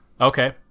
Okay